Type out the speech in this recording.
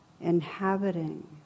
inhabiting